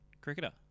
cricketer